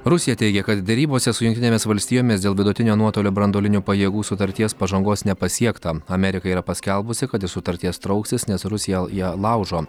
rusija teigia kad derybose su jungtinėmis valstijomis dėl vidutinio nuotolio branduolinių pajėgų sutarties pažangos nepasiekta amerika yra paskelbusi kad sutarties trauksis nes rusija ją laužo